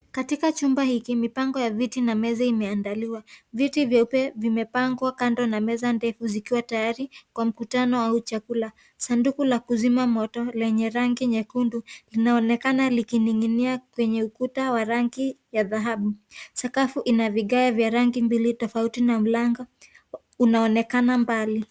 Katika chumba hiki mipango ya viti na meza imeandaliwa. Viti vyeupe vimepangwa kando na meza ndefu zikiwa tayari kwa mkutano au chakula. Sanduku la kuzima moto lenye rangi nyekundu linaonekana likining'inia kwenye ukuta wa rangi ya dhahabu. Sakafu ina vigae vya rangi mbili tofauti na mlango unaonekana mbali.